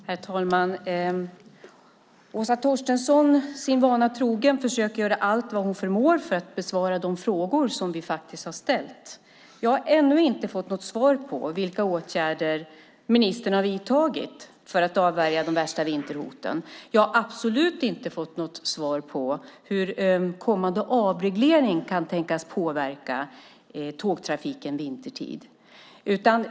Herr talman! Åsa Torstensson försöker sin vana trogen göra allt hon förmår för att besvara de frågor som vi faktiskt har ställt. Men jag har ännu inte fått något svar på vilka åtgärder som ministern har vidtagit för att avvärja de värsta vinterhoten. Jag har absolut inte fått något svar på hur kommande avreglering kan tänkas påverka tågtrafiken vintertid.